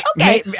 Okay